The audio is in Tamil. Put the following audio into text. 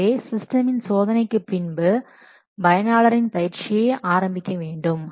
எனவே சிஸ்டமின் சோதனைக்கு பின்பு பயனாளரின் பயிற்சியை ஆரம்பிக்க வேண்டும்